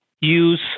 use